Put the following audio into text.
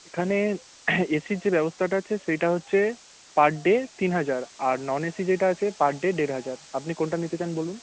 এখানে এসির যে ব্যবস্থাটা আছে সেইটা হচ্ছে পার ডে তিন হাজার আর নন এসি যেইটা আছে পার ডে দেড় হাজার আপনি কোনটা নিতে চান বলুন